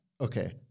okay